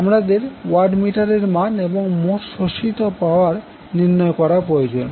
আমাদের ওয়াট মিটারের মান এবং মোট শোষিত পাওয়ার নির্ণয় করা প্রয়োজন